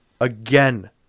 Again